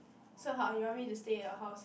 so how you want me to stay at your house